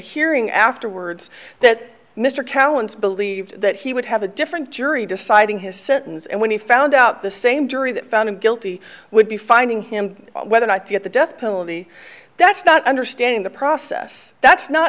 hearing afterwards that mr callan's believed that he would have a different jury deciding his sentence and when he found out the same jury that found him guilty would be finding him whether or not to get the death penalty that's not understanding the process that's not